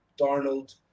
Darnold